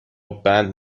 بند